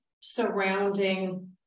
surrounding